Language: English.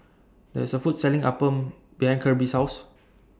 There IS A Food Selling Appam behind Kirby's House